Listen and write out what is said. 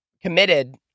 Committed